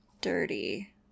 dirty